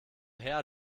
her